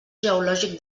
geològic